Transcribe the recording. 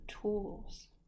tools